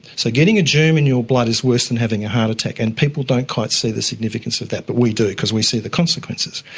so getting a germ in your blood is worse than having a heart attack, and people don't quite see the significance of that but we do because we see the consequences.